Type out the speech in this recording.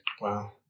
Wow